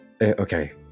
okay